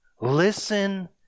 Listen